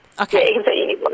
Okay